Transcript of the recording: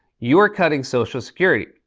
you are cutting social security.